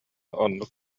оннук